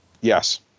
Yes